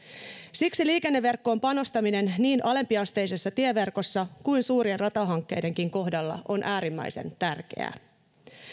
siksi liikenneverkkoon panostaminen niin alempiasteisessa tieverkossa kuin suurien ratahankkeidenkin kohdalla on äärimmäisen tärkeää